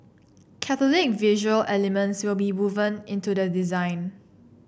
Catholic visual elements will be woven into the design